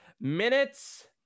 minutes